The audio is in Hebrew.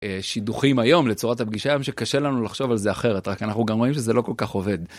שידוכים היום לצורת הפגישה עם שקשה לנו לחשוב על זה אחרת רק אנחנו גם רואים שזה לא כל כך עובד.